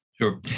Sure